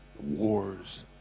wars